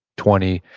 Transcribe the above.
twenty.